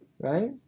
right